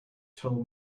tell